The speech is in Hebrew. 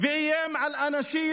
ומאיים על אנשים,